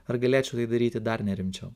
ar galėčiau tai daryti dar nerimčiau